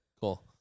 Cool